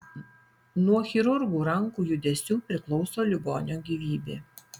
nuo chirurgų rankų judesių priklauso ligonio gyvybė